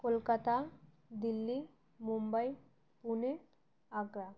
Kolkata Delhi Mumbai Pune Agra